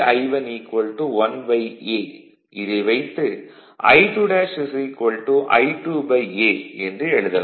I2'I2 1 a இதை வைத்து I2' I2a என்று எழுதலாம்